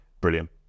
Brilliant